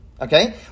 Okay